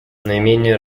наименее